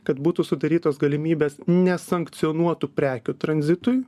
kad būtų sudarytos galimybės nesankcionuotų prekių tranzitui